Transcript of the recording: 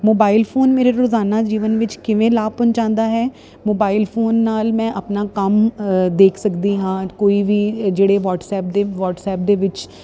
mobile phone ਮੇਰੇ ਰੋਜ਼ਾਨਾ ਜੀਵਨ ਵਿੱਚ ਕਿਵੇਂ ਲਾਭ ਪਹੁੰਚਾਉਂਦਾ ਹੈ ਮੋਬਾਈਲ ਫੋਨ ਨਾਲ ਮੈਂ ਆਪਣਾ ਕੰਮ ਦੇਖ ਸਕਦੀ ਹਾਂ ਕੋਈ ਵੀ ਜਿਹੜੇ ਵਟਸਐਪ ਦੇ ਵਟਸਐਪ ਦੇ ਵਿੱਚ